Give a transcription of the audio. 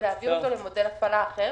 למודל הפעלה אחר.